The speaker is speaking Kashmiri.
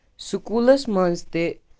سکوٗلس منٛز تہِ